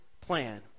plan